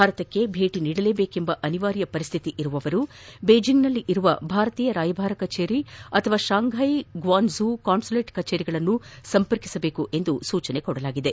ಭಾರತಕ್ಕೆ ಭೇಟ ನೀಡಲೇಬೇಕೆಂಬ ಅನಿವಾರ್ಯ ಪರಿಸ್ಥಿತಿಯಲ್ಲಿ ಇರುವವರು ಬೀಜಿಂಗ್ನಲ್ಲಿರುವ ಭಾರತೀಯರ ರಾಯಭಾರ ಕಚೇರಿ ಅಥವಾ ಶಾಂಫ್ಲೆ ಗ್ವಾಂಜೂ ಕಾನ್ಸಲೇಟ್ ಕಚೇರಿಗಳನ್ನು ಸಂಪರ್ಕಿಸುವಂತೆ ಸೂಚಿಸಲಾಗಿದೆ